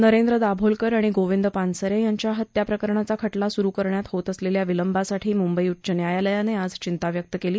नरेंद्र दाभोलकर आणि गोविंद पानसरे यांच्या हत्याप्रकरणाचा खटला सुरु करण्यात होत असलेल्या विलंबासाठी मुंबई उच्च न्यायालयाने आज चिंता व्यक्त केली